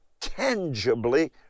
tangibly